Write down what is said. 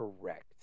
correct